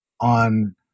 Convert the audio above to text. on